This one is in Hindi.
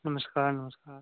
नमस्कार नमस्कार